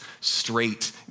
straight